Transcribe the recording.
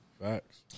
Facts